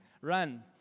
Run